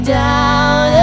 down